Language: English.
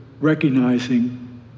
recognizing